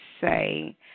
say